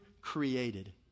created